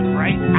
right